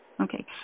Okay